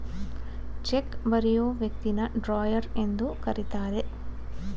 check ಬರಿಯೋ ವ್ಯಕ್ತಿನ drawer ಅಂತ ಕರಿತರೆ